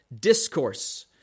discourse